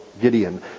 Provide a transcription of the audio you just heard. Gideon